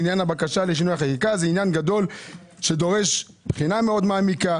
לעניין הבקשה לשינוי החקיקה זה עניין גדול שדורש בחינה מאוד מעמיקה.